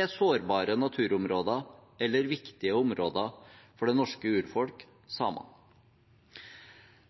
er sårbare naturområder eller viktige områder for det norske urfolk, samene.